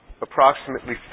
approximately